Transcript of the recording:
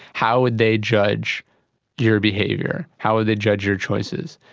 how would they judge your behaviour, how would they judge your choices?